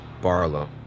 Barlow